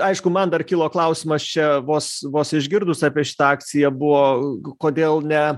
aišku man dar kilo klausimas čia vos vos išgirdus apie šitą akciją buvo kodėl ne